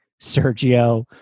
Sergio